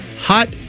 Hot